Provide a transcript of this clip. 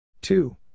two